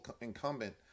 incumbent